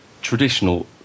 traditional